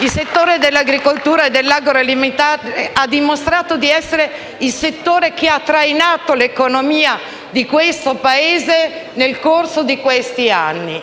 Il settore dell'agricoltura e dell'agroalimentare ha dimostrato di essere trainante per l'economia di questo Paese nel corso di questi anni.